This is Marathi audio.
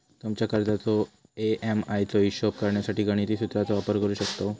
तुमच्या कर्जाच्या ए.एम.आय चो हिशोब करण्यासाठी गणिती सुत्राचो वापर करू शकतव